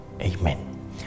Amen